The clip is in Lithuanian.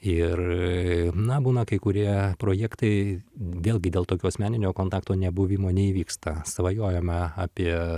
ir na būna kai kurie projektai vėlgi dėl tokio asmeninio kontakto nebuvimo neįvyksta svajojome apie